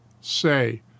say